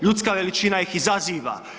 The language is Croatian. Ljudska veličina ih izaziva.